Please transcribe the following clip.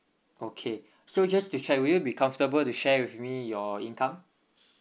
okay so just to check will you be comfortable to share with me your income